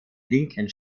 linken